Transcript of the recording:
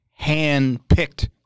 handpicked